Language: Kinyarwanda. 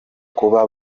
kuba